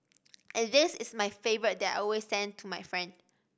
and this is my favourite that I always send to my friends